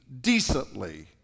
decently